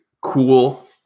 cool